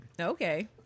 Okay